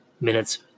minutes